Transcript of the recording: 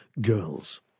Girls